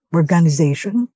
organization